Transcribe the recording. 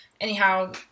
Anyhow